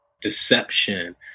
deception